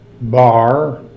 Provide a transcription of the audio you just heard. bar